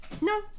No